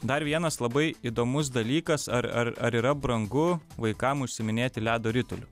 dar vienas labai įdomus dalykas ar ar ar yra brangu vaikam užsiiminėti ledo rituliu